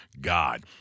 God